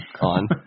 on